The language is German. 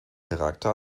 charakter